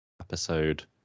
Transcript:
episode